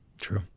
True